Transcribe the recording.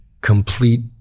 complete